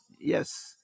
Yes